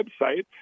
website